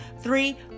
Three